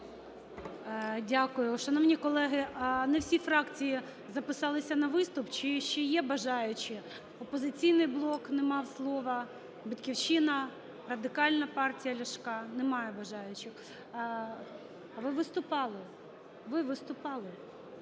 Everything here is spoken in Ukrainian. Дякую. Шановні колеги, не всі фракції записалися на виступ. Чи ще є бажаючі? "Опозиційний блок" не мав слова, "Батьківщина", Радикальна партія Ляшка. Немає бажаючих? Ви виступали, ви виступали.